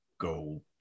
go